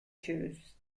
choose